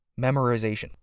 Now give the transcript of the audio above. memorization